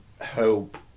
Hope